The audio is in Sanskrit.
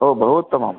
ओ बहु उत्तमं